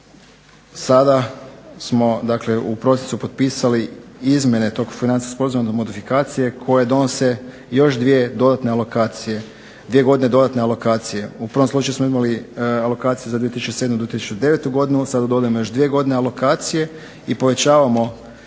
dakle u procesu potpisali izmjene tog financijskog sporazuma, modifikacije koje donose još 2 godine dodatne alokacije. U prvom slučaju smo imali alokaciju za 2007. do 2009. godinu, sada dodajemo još 2 godine alokacije i povećavamo